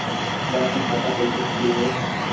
Bank मे खाता कईसे खुली हो?